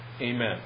Amen